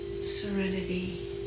serenity